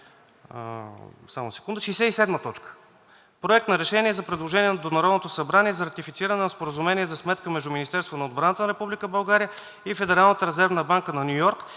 сега, точка 67: „Проект на решение за предложение до Народното събрание за ратифициране на Споразумение за сметка между Министерството на отбраната на Република България и Федералната резервна банка на Ню Йорк